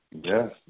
Yes